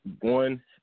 one